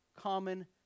common